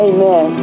Amen